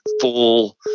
full